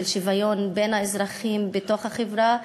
של שוויון בין האזרחים בתוך החברה.